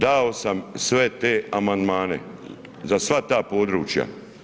Dao sam sve te amandmane za sva ta područja.